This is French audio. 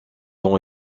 ont